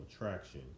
attraction